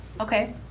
okay